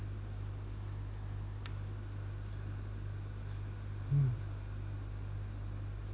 mm